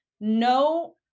no